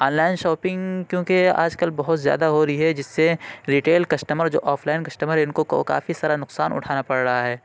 on line shopping کیونکہ آج کل بہت زیادہ ہو رہی ہے جس سے ریٹیل کسٹمر جو آف لائن کسٹمر ہے ان کو کافی سارا نقصان اٹھانا پڑ رہا ہے